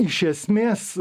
iš esmės